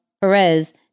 Perez